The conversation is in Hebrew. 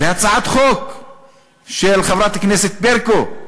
בהצעת חוק של חברת הכנסת ברקו,